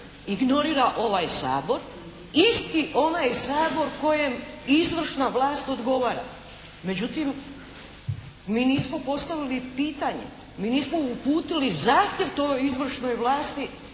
Ignorira ovaj Sabor. Isti ovaj Sabor kojem izvršna vlast odgovara. Međutim, mi nismo postavili pitanje, mi nismo uputili zahtjev toj izvršnoj vlasti